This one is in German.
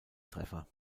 treffer